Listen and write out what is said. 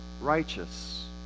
righteous